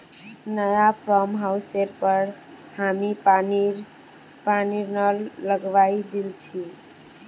नया फार्म हाउसेर पर हामी पानीर नल लगवइ दिल छि